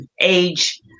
age